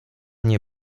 nie